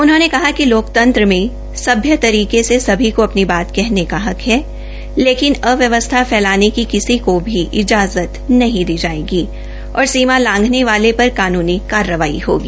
उन्होंने कहा कि लोकतंत्र में सभ्य तरीके से सभी को अपनी बात कहने का हक है लेकिन अव्यवस्था फैलाने की किसी को भी इजाजत नहीं दी जायेगी और सीमा लांघने वाले पर कानूनी कार्रवाई होगी